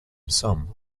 sum